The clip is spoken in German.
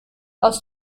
aus